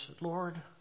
Lord